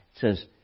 says